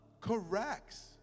corrects